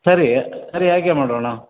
ಸರಿ ಸರಿ ಹಾಗೆ ಮಾಡೋಣ